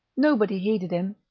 nobody heeded him.